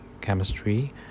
chemistry